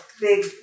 big